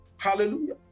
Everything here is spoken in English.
Hallelujah